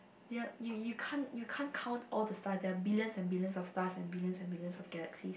ya you you can't you can't count all the star there are billions and billions of stars and billions and billions of galaxy